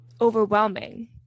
overwhelming